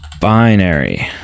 binary